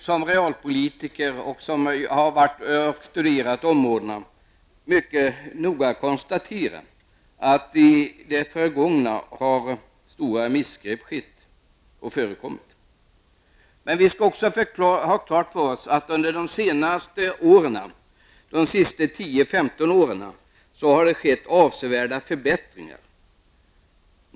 Som realpolitiker som har studerat dessa områden kan vi konstatera att det i det förgångna har förekommit stora missgrepp. Men vi skall också ha klart för oss att det under de senaste 10--15 åren har skett avsevärda förbättringar.